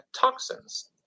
toxins